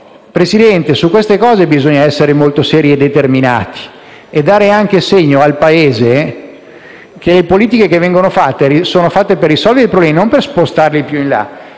Presidente, su queste cose bisogna essere molto seri e determinati nel dare un segno al Paese che le politiche che vengono realizzate hanno lo scopo di risolvere i problemi, non di spostarli più in là.